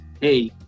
hey